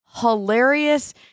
hilarious